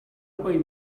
will